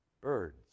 birds